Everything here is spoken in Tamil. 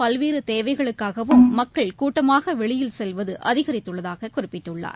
பல்வேறு தேவைகளுக்காகவும் மக்கள் கூட்டமாக வெளியில் செல்வது அதிகரித்துள்ளதாக குறிப்பிட்டுள்ளார்